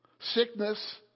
Sickness